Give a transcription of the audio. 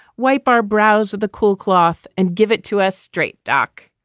wipe our brows with a cool cloth and give it to us straight, doc.